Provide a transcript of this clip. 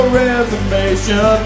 reservation